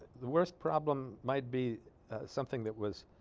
the worst problem might be something that was